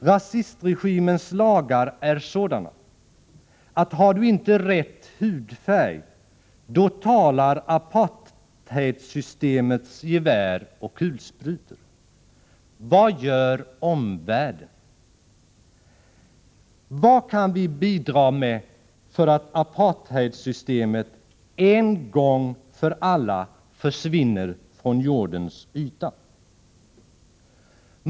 Rasistregimens lagar är sådana att har du inte rätt hudfärg, då talar apartheidsystemets gevär och kulsprutor. Vad gör omvärlden? Vad kan vi bidra med för att apartheidsystemet en gång för alla försvinner från jordens yta?